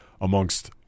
amongst